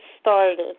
started